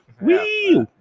Wee